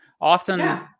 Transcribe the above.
Often